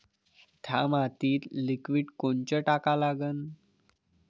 थ्या मातीत लिक्विड कोनचं टाका लागन?